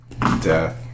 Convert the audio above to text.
death